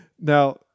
Now